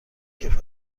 کیف